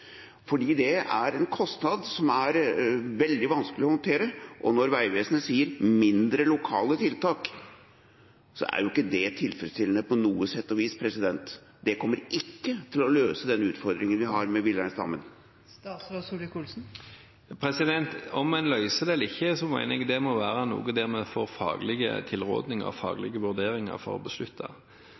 fordi det er en kostnad som er veldig vanskelig å håndtere, og når Vegvesenet sier mindre, lokale tiltak, er jo ikke det tilfredsstillende på noe sett og vis. Det kommer ikke til å løse utfordringen vi har med villreinstammen. Om en løser det eller ikke – jeg mener det må være noe vi får faglige tilrådinger og faglige vurderinger for å beslutte.